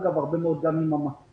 אגב, זה היה הרבה מאוד גם עם המתפ"ש.